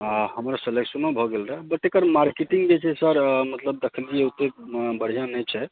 हमर सिलेक्शनो भऽ गेल रहए तऽ एकर मार्केटिंग जे छै से बढिऑं नहि छै